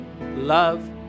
love